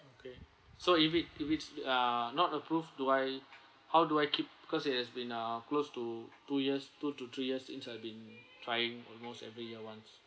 okay so if it if it's ah not approved do I how do I keep because it has been uh close to two years two to three years since I've been trying almost every year once